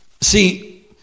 See